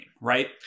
right